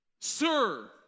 Sir